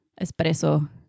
Espresso